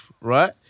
right